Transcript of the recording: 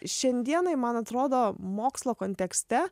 šiandienai man atrodo mokslo kontekste